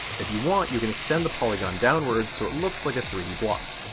if you want you can extend the polygon downwards so it looks like a three d block.